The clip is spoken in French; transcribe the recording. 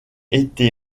été